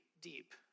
deep